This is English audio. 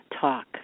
talk